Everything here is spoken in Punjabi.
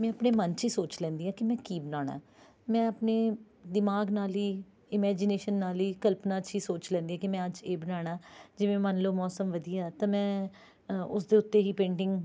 ਮੈਂ ਆਪਣੇ ਮਨ 'ਚ ਹੀ ਸੋਚ ਲੈਂਦੀ ਹਾਂ ਕਿ ਮੈਂ ਕੀ ਬਣਾਉਣਾ ਮੈਂ ਆਪਣੇ ਦਿਮਾਗ ਨਾਲ ਹੀ ਈਮੈਜੀਨੇਸ਼ਨ ਨਾਲ ਹੀ ਕਲਪਨਾ 'ਚ ਹੀ ਸੋਚ ਲੈਂਦੀ ਹਾਂ ਕਿ ਮੈਂ ਅੱਜ ਇਹ ਬਣਾਉਣਾ ਜਿਵੇਂ ਮੰਨ ਲਓ ਮੌਸਮ ਵਧੀਆ ਆ ਤਾਂ ਮੈਂ ਉਸ ਦੇ ਉੱਤੇ ਹੀ ਪੇਟਿੰਗ